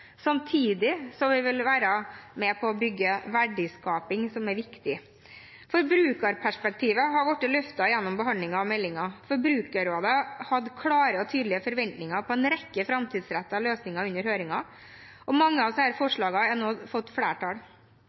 samtidig som vi vil være med på å bygge verdiskaping, som er viktig. Forbrukerperspektivet har vært løftet gjennom behandlingen av meldingen. Forbrukerrådet hadde klare og tydelige forventninger om en rekke framtidsrettede løsninger under høringen, og mange av disse forslagene har nå fått flertall.